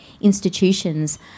institutions